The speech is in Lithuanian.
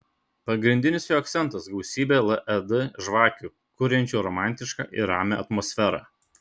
pagrindinis jo akcentas gausybė led žvakių kuriančių romantišką ir ramią atmosferą